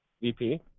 VP